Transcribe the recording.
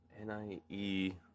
N-I-E